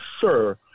sir